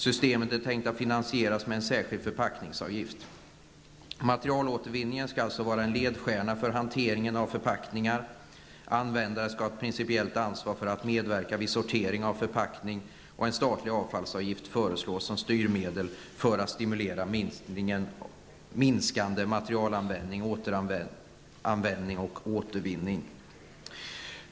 Systemet är tänkt att finansieras med en särskild förpackningsavgift. Materialåtervinning skall alltså vara ledstjärna för hanteringen av förpackningar. Användare skall ha ett principiellt ansvar för att medverka vid sortering av förpackningar, och en statlig avfallsavgift föreslås som styrmedel för att stimulera minskande materialanvändning, återanvändning och återvinning.